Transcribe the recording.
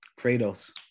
Kratos